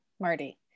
Marty